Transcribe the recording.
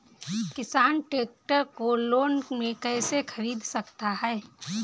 किसान ट्रैक्टर को लोन में कैसे ख़रीद सकता है?